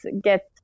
get